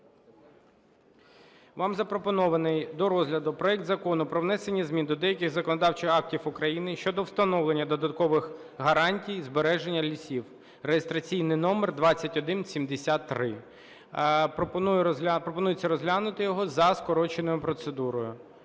Вам запропонований до розгляду проект Закону про внесення змін до деяких законодавчих актів України щодо встановлення додаткових гарантій збереження лісів (реєстраційний номер 2173). Пропонується розглянути його за скороченою процедурою.